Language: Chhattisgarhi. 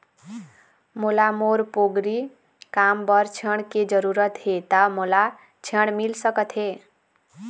मोला मोर पोगरी काम बर ऋण के जरूरत हे ता मोला ऋण मिल सकत हे?